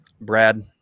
Brad